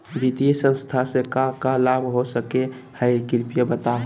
वित्तीय संस्था से का का लाभ हो सके हई कृपया बताहू?